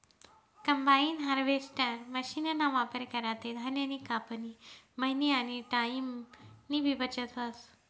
combine harvester मशीनना वापर करा ते धान्यनी कापनी, मयनी आनी टाईमनीबी बचत व्हस